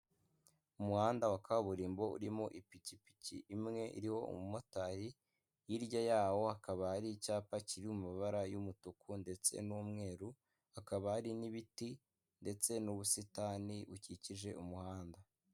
Umuhanda wa kaburimbo urimo ipikipiki imwe iriho umumotari, hirya yawo hakaba hari icyapa kiri mu mabara y'umutuku ndetse n'umweru, hakaba hari n'ibiti ndetse n'ubusitani bukikije umuhanda.